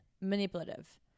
manipulative